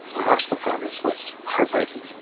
mark's performance was heartbreaking.